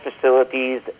facilities